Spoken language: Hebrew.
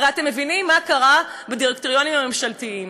הרי אתם מבינים מה קרה בדירקטוריונים הממשלתיים,